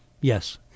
yes